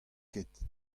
ket